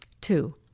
Two